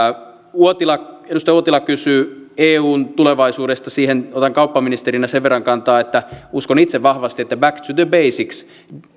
edustaja uotila kysyi eun tulevaisuudesta siihen otan kauppaministerinä sen verran kantaa että uskon itse vahvasti että back to the basics